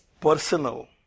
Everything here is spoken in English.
personal